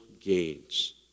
gains